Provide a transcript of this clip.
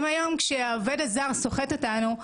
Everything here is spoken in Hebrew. אם היום כשהעובד הזר סוחט אותנו,